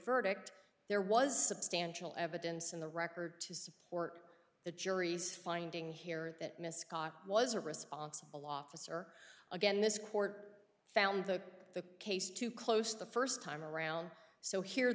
verdict there was substantial evidence in the record to support the jury's finding here that miss kotch was a responsible officer again this court found that the case to close the first time around so here